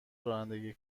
رانندگی